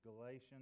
Galatians